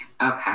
okay